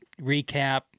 recap